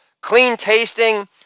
clean-tasting